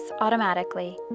automatically